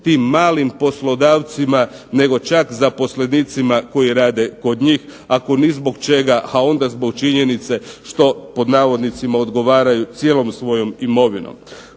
tim malim poslodavcima nego čak zaposlenicima koji rade kod njih ako ni zbog čega onda zbog činjenice što „odgovaraju cijelom svojom imovinom“.